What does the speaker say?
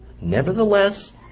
Nevertheless